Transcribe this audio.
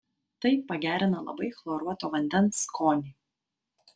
tai pagerina labai chloruoto vandens skonį